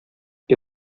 que